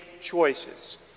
choices